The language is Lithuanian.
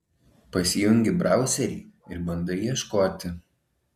pasijungi brauserį ir bandai ieškoti